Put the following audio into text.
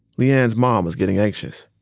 le-ann's mom was getting anxious.